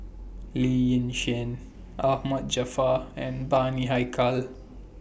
Lee Yi Shyan Ahmad Jaafar and Bani Haykal